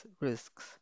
risks